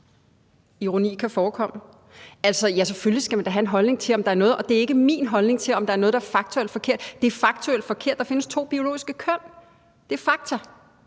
Ironi kan forekomme. Selvfølgelig skal man da have en holdning til, om der er noget, der er faktuelt forkert, og det handler ikke om min holdning. Det er faktuelt forkert. Der findes to biologiske køn, det er fakta.